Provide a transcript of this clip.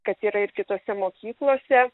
kas yra ir kitose mokyklose